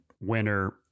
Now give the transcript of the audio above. winner